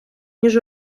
ніж